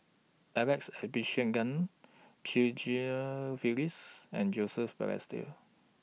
Alex Abisheganaden Chew Phyllis and Joseph Balestier